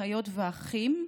אחיות ואחים,